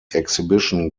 exhibition